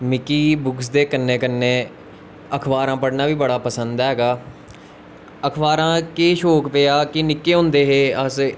मिगी बुक्स दे कन्नै कन्नै अखबारां पढ़ना बी पसंद ऐ अखबारें दा केह् शौक पेआ कि निक्के होंदे हे अस